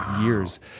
years